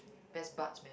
best buds man